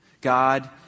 God